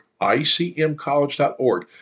icmcollege.org